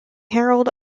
harold